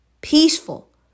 peaceful